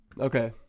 Okay